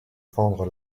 vendre